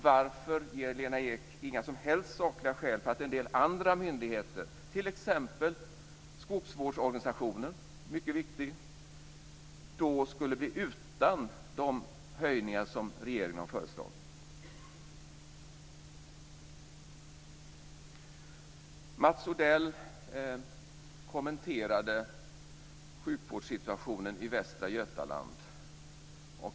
Varför ger Lena Ek inga som helst sakliga skäl till att en del andra myndigheter, t.ex. skogsvårdsorganisationen som är mycket viktig, då skulle bli utan de höjningar som regeringen har föreslagit? Mats Odell kommenterade sjukvårdssituationen i västra Götaland.